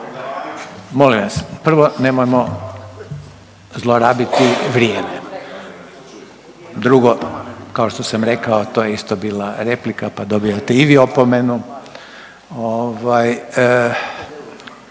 Molim vas, prvo nemojmo zlorabiti vrijeme. Drugo kao što sam rekao to je isto bila replika, pa dobivate i vi opomenu.